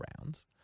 rounds